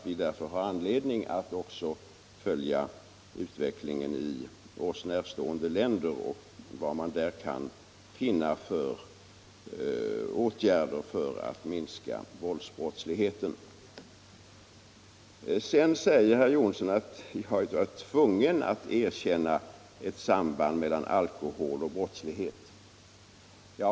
Vi har anledning att också följa utvecklingen i oss närstående länder och se vad man där kan vidta för åtgärder för att minska våldsbrottsligheten. Herr Jonsson sade att jag här varit nödsakad att erkänna ett samband mellan alkohol och brottslighet.